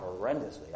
horrendously